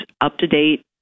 up-to-date